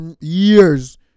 years